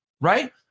right